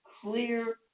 clear